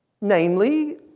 namely